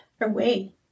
away